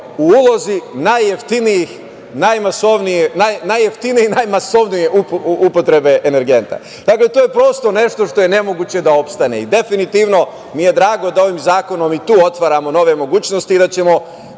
u ulozi najjeftinije i najmasovnije upotrebe energenta. Dakle, to je prosto nešto što je nemoguće da opstane. Definitivno mi je drago da ovim zakonom i tu otvaramo nove mogućnosti i da ćemo,